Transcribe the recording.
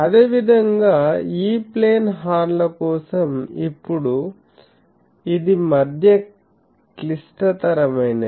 అదేవిధంగా E plane horn ల కోసం ఇప్పుడు ఇది మధ్య క్లిష్టతరమైనది